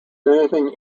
anything